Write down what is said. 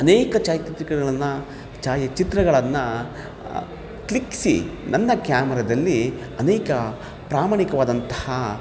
ಅನೇಕ ಛಾಯಾಚಿತ್ರಕಗಳನ್ನು ಛಾಯೆ ಚಿತ್ರಗಳನ್ನು ಕ್ಲಿಕ್ಕಿಸಿ ನನ್ನ ಕ್ಯಾಮೆರಾದಲ್ಲಿ ಅನೇಕ ಪ್ರಾಮಾಣಿಕವಾದಂಥಹ